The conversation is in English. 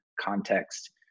context